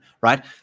right